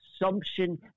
assumption